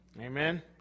Amen